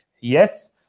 yes